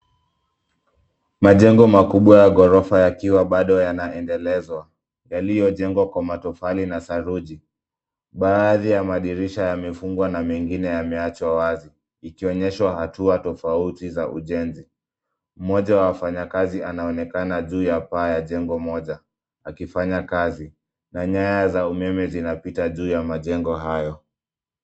Majengo makubwa ya ghorofa yakiwa bado yanaendelezwa, yaliyojengwa kwa matofali na saruji. Baadhi ya madirisha yamefungwa na mengine yameachwa wazi, ikionyeshwa hatua tofauti za ujenzi. Mmoja wa wafanyakazi anaonekana juu ya paa ya jengo moja akifanya kazi na nyaya za umeme zinapita juu ya majengo hayo.